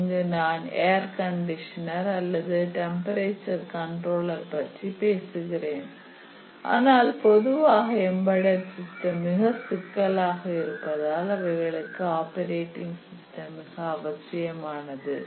நான் இங்கு air conditioner அல்லது டெம்பரேச்சர் கண்ட்ரோலர் பற்றி பேசுகிறேன் ஆனால் பொதுவாக எம்பெட் சிஸ்டம் மிக சிக்கலாக இருப்பதால் அவைகளுக்கு ஆப்பரேட்டிங் சிஸ்டம் மிக அவசியமானது